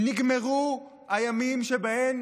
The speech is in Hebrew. נגמרו הימים שבהם